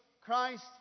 Christ